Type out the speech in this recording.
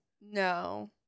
No